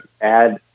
add